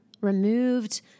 removed